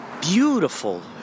beautiful